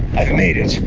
i've made it?